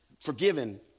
forgiven